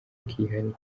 kihariye